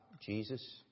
Jesus